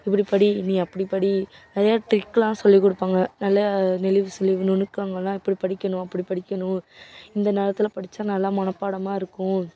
இப்படி படி நீ அப்படி படி நிறையா ட்ரிக்லாம் சொல்லி கொடுப்பாங்க நல்ல நெளிவுசுழிவு நுணுக்கங்கள்லாம் இப்படி படிக்கணும் அப்படி படிக்கணும் இந்த நேரத்தில் படித்தா நல்லா மனப்பாடமாக இருக்கும்